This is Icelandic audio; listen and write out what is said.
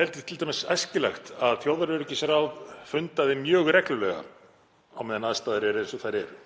teldi t.d. æskilegt að þjóðaröryggisráð fundaði mjög reglulega á meðan aðstæður eru eins og þær eru